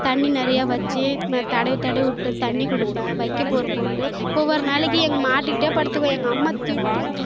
தண்ணி நிறைய வச்சு தடவி தடவி விட்டு தண்ணி கொடுப்பேன் வைக்கப் போரை போட்டு ஒவ்வொரு நாளைக்கு எங்கள் மாட்டிகிட்டே படுத்துப்பேன் எங்கள் அம்மா திட்டும்